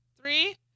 Three